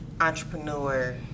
entrepreneur